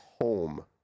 home